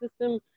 system